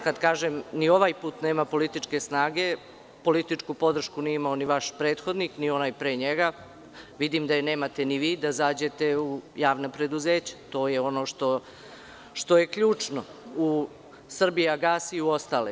Kada kažem da ni ovaj put nema političke snage, političku podršku nije imao ni vaš prethodnik, ni onaj pre njega, a vidim da je nemate ni vi da zađete u javna preduzeća, to je ono što je ključno, u „Srbijagas“ i u ostale.